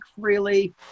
freely